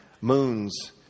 moons